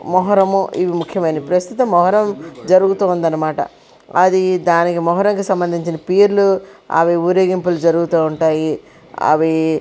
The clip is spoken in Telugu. మోహరము ఇవి ముక్యమైనవి ప్రస్తుత మొహరం జరుగుతూ ఉందన్నమాట అది దాని మొహరంకి సంబందించిన పీర్లు అవి ఊరేగింపులు జరుగుతూ ఉంటాయి అవి